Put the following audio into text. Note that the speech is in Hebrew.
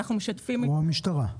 או המשטרה.